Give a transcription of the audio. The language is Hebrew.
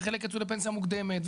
וחלק יצאו לפנסיה מוקדמת,